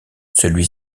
celui